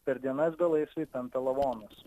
per dienas belaisviai tempė lavonus